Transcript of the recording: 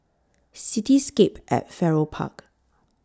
Cityscape At Farrer Park